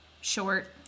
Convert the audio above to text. short